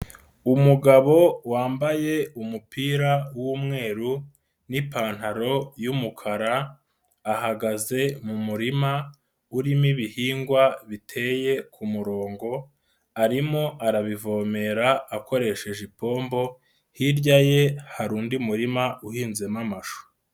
Umugabo wambaye umupira w'umweru nipantaro y'umukara, ahagaze mu murima urimo ibihingwa biteye ku murongo arimo arabivomera akoresheje ipombo, hirya ye hari undi murima uhinzemo amashu.